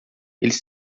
eles